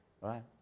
right